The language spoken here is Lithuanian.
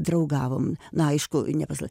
draugavom na aišku nepasla